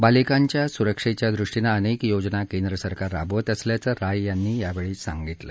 बालिकांच्या सुरक्षेच्या दृष्टीनं अनेक योजना केंद्र सरकार राबवत असल्याचं राय यांनी यावेळी सांगितलं